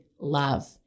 love